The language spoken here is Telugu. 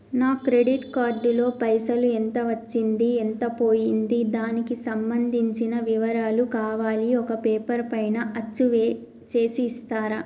నా క్రెడిట్ కార్డు లో పైసలు ఎంత వచ్చింది ఎంత పోయింది దానికి సంబంధించిన వివరాలు కావాలి ఒక పేపర్ పైన అచ్చు చేసి ఇస్తరా?